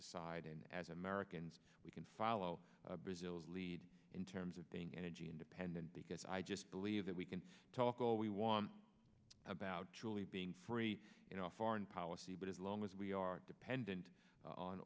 aside and as americans we can follow brazil's lead in terms of being energy independent because i just believe that we can talk all we want about chile being free in our foreign policy but as long as we are dependent on